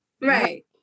Right